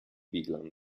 bigland